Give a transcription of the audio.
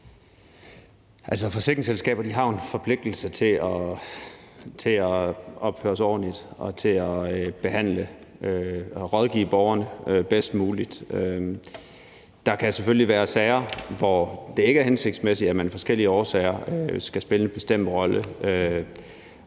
forsikringsselskaber har jo en forpligtelse til at opføre sig ordentligt og til at behandle og rådgive borgerne bedst muligt. Der kan selvfølgelig være sager, hvor det ikke er hensigtsmæssigt, at man af forskellige årsager skal spille en bestemt rolle,